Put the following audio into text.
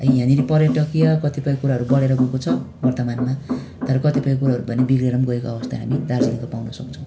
यहाँनिर पर्यटकीय कतिपय कुराहरू बढेर गएको छ वर्तमानमा तर कतिपय कुराहरू भने बिग्रेर पनि गएको अवस्था हामी दार्जिलिङको पाउन सक्छौँ